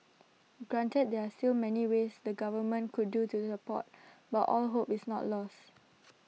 granted there are still many ways the government could do to support but all hope is not lost